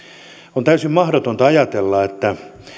on täysin mahdotonta ajatella että